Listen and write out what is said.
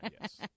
yes